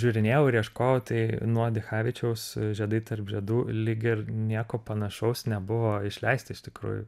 žiūrinėjau ir ieškojau tai nuo dichavičiaus žiedai tarp žiedų lyg ir nieko panašaus nebuvo išleista iš tikrųjų